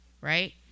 Right